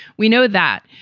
we know that,